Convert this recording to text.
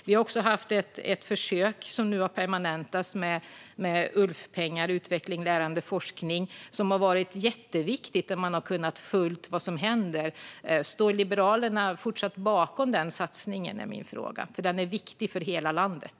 Vi har också haft ett försök som nu har permanentats med ULF-pengar - utveckling, lärande, forskning. Det har varit jätteviktigt. Där har man kunnat följa vad som händer. Står Liberalerna fortsatt bakom den satsningen? Den är viktig för hela landet.